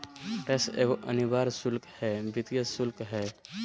tax एगो अनिवार्य शुल्क या वित्तीय शुल्क हइ